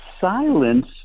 silence